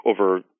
over